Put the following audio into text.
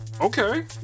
Okay